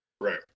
Right